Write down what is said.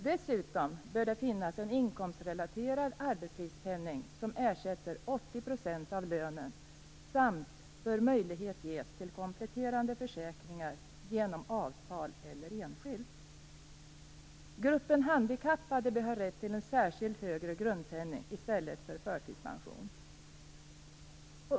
Dessutom bör det finnas en inkomstrelaterad arbetslivspenning som ersätter 80 % av lönen samt bör möjlighet ges till kompletterande försäkringar genom avtal eller enskilt. Gruppen handikappade bör ha rätt till en särskild högre grundpenning i stället för förtidspension.